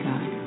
God